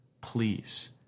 Please